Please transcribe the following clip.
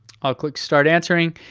i'll click start answering.